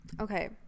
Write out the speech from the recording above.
Okay